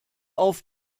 auf